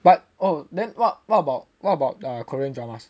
but oh then what what about what about err Korean dramas